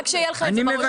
שיהיה לך את זה בראש.